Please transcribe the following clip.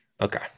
Okay